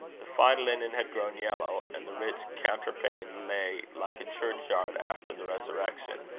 the fine linen had grown yellow and the rich counterpane lay like a churchyard after the resurrection,